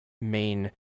main